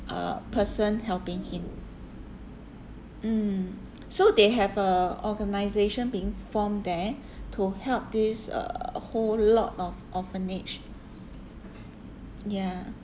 uh person helping him mm so they have a organization being formed there to help this uh whole lot of orphanage ya